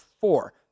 four